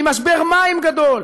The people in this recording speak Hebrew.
עם משבר מים גדול,